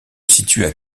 situent